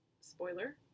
Spoiler